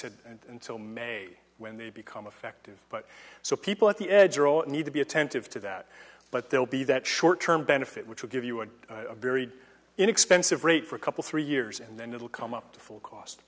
said until may when they become effective but so people at the edge are all need to be attentive to that but they'll be that short term benefit which will give you a very inexpensive rate for a couple three years and then it'll come up to full cost